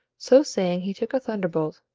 so saying he took a thunderbolt,